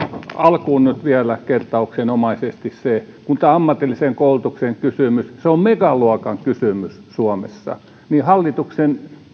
alkuun nyt vielä kertauksenomaisesti se tämä ammatillisen koulutuksen kysymys on megaluokan kysymys suomessa että hallituksen